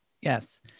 Yes